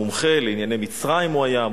מומחה לענייני מצרים הוא היה,